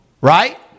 Right